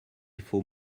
faut